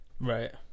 right